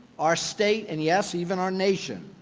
our state and yes, even our nation.